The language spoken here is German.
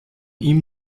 ihm